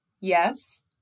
yes